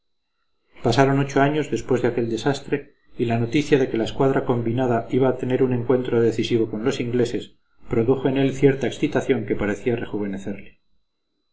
pasaron ocho años después de aquel desastre y la noticia de que la escuadra combinada iba a tener un encuentro decisivo con los ingleses produjo en él cierta excitación que parecía rejuvenecerle